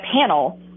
panel